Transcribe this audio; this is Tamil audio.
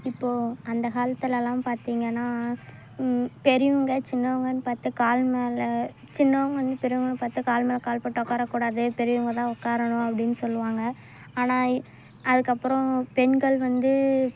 இப்போது அந்த காலத்திலலாம் பார்த்திங்கன்னா பெரியவங்க சின்னவங்கனு பார்த்து கால் மேல் சின்னவங்கள் வந்து பெரியவங்களை பார்த்து கால் மேல் கால் போட்டு உக்காரக்கூடாது பெரியவங்கள்தான் உக்காரணும் அப்படினு சொல்லுவாங்க ஆனால் அதுக்கப்புறோம் பெண்கள் வந்து